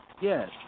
Yes